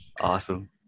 Awesome